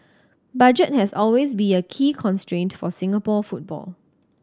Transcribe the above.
budget has always be a key constraint for Singapore football